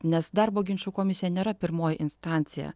nes darbo ginčų komisija nėra pirmoji instancija